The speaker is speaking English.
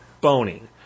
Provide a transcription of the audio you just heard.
boning